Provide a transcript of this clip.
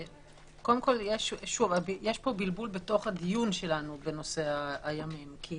יש בלבול בתוך הדיון שלנו בנושא הימים, כי